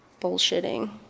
bullshitting